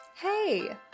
Hey